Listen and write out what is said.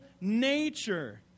nature